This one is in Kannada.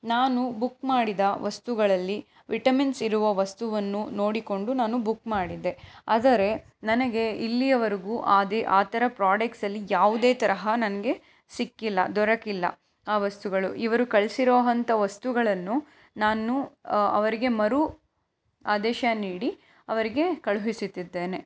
ನಾನು ಬುಕ್ ಮಾಡಿದ ವಸ್ತುಗಳಲ್ಲಿ ವಿಟಿಮಿನ್ಸ್ ಇರುವ ವಸ್ತುವನ್ನು ನೋಡಿಕೊಂಡು ನಾನು ಬುಕ್ ಮಾಡಿದ್ದೆ ಅದರೆ ನನಗೆ ಇಲ್ಲಿಯವರೆಗೂ ಅದೇ ಆ ಥರ ಪ್ರಾಡಕ್ಟ್ಸಲ್ಲಿ ಯಾವುದೇ ತರಹ ನನಗೆ ಸಿಕ್ಕಿಲ್ಲ ದೊರಕಿಲ್ಲ ಆ ವಸ್ತುಗಳು ಇವರು ಕಳಿಸಿರೋ ಅಂಥ ವಸ್ತುಗಳನ್ನು ನಾನು ಅವರಿಗೆ ಮರು ಆದೇಶ ನೀಡಿ ಅವರಿಗೆ ಕಳುಹಿಸುತ್ತಿದ್ದೇನೆ